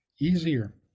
easier